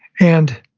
and